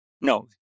no